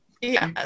Yes